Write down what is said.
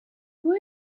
boy